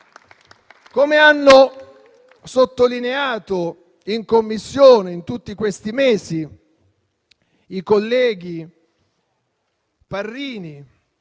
Come hanno sottolineato in Commissione in tutti questi mesi i colleghi Parrini,